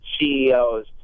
CEOs